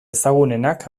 ezagunenak